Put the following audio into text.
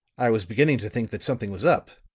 i was beginning to think that something was up.